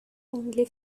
only